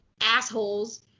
assholes